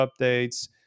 updates